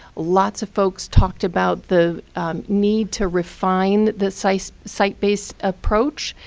lots of folks talked about the need to refine the site-based site-based approach.